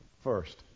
first